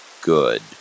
good